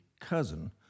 cousin